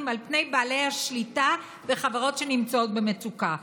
על פני בעלי השליטה וחברות שנמצאות במצוקה.